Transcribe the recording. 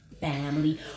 family